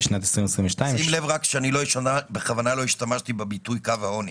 לשנת 2022 היא --- שים לב שאני בכוונה לא השתמשתי בביטוי "קו העוני",